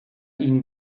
ihn